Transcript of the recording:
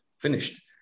finished